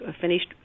finished